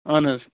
اَہَن حظ